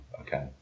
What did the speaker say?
okay